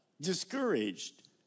discouraged